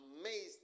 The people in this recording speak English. amazed